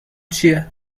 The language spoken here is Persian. چیه